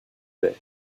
lait